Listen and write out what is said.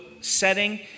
setting